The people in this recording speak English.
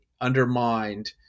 undermined